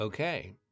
Okay